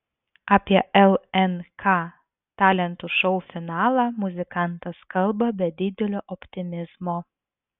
apie lnk talentų šou finalą muzikantas kalba be didelio optimizmo